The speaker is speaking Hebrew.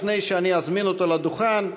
לפני שאני אזמין אותו לדוכן,